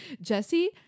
Jesse